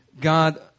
God